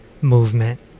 movement